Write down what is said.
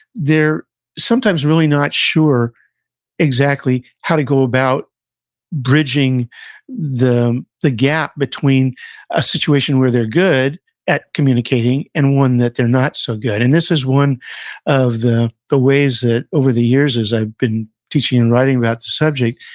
they're sometimes really not sure exactly how to go about bridging the the gap between a situation where they're good at communicating, and one that they're not so good. and this is one of the the ways that, over the years, as i've been teaching and writing about the subject,